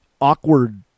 awkward